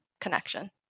connection